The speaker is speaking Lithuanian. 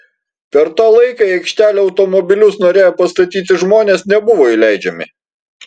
per tą laiką į aikštelę automobilius norėję pastatyti žmonės nebuvo įleidžiami